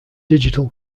digital